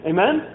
Amen